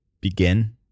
begin